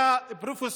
היה פרופ'